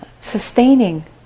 sustaining